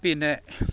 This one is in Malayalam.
പിന്നെ